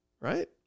Right